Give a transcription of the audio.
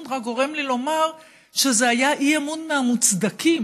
רק גורם לי לומר שזה היה אי-אמון מהמוצדקים.